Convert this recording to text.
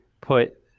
put